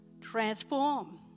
Transform